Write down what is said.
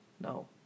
No